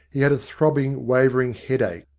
he had a throbbing, wavering headache,